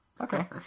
Okay